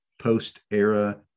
post-era